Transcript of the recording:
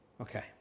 Okay